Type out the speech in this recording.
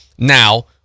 Now